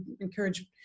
encourage